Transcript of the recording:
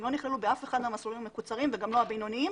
שהם לא נכללו באף אחד מהמסלולים המקוצרים וגם לא הבינוניים,